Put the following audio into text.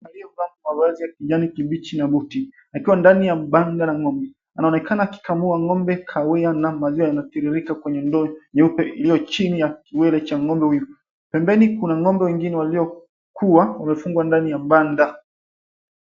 Mwanamke aliyevaa mavazi ya kijani kibichi na buti. Akiwa ndani ya banda la ng'ombe. Anaonekana akimua ng'ombe kawa ya na maziwa yanatiririka kwenye ndoo nyeupe iliyo chini ya kiwele cha ng'ombe huyu. Pembeni kuna ng'ombe wengine waliokuwa wamefungwa ndani ya banda.